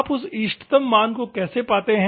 आप उस इष्टतम मान को कैसे पाते हैं